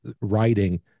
writing